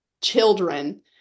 children